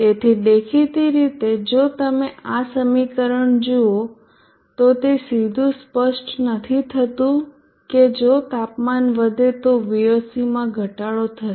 તેથી દેખીતી રીતે જો તમે આ સમીકરણ જુઓ તો તે સીધું સ્પષ્ટ નથી થતું કે જો તાપમાન વધે તો Voc માં ઘટાડો થશે